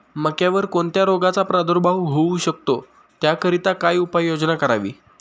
मक्यावर कोणत्या रोगाचा प्रादुर्भाव होऊ शकतो? त्याकरिता काय उपाययोजना करावी?